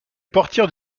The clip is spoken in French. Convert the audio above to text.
portières